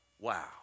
Wow